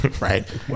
right